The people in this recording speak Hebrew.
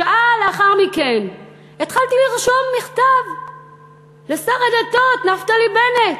שעה לאחר מכן התחלתי לרשום מכתב לשר הדתות נפתלי בנט.